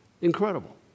Incredible